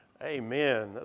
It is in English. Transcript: Amen